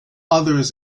others